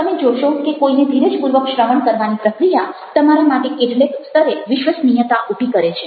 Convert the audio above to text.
તમે જોશો કે કોઈને ધીરજપૂર્વક શ્રવણ કરવાની પ્રક્રિયા તમારા માટે કેટલેક સ્તરે વિશ્વસનીયતા ઉભી કરે છે